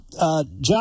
John